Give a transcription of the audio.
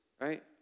right